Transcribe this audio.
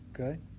Okay